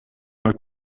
m’as